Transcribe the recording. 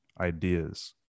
ideas